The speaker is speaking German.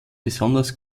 besonders